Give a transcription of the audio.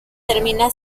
termina